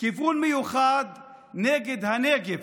כיוון מיוחד נגד הנגב.